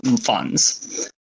Funds